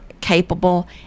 capable